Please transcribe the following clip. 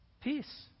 peace